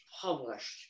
published